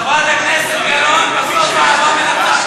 חבר הכנסת עיסאווי פריג'.